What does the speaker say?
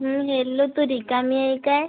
नीलू तू रिकामी आहे काय